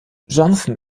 jonathan